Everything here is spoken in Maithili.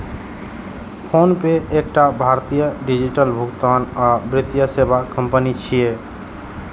फोनपे एकटा भारतीय डिजिटल भुगतान आ वित्तीय सेवा कंपनी छियै